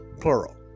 plural